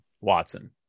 Watson